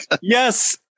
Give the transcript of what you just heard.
Yes